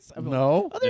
no